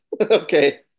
Okay